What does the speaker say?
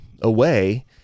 away